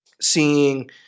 seeing